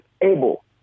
able